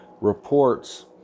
reports